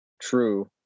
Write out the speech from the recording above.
true